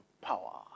power